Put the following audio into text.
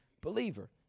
believer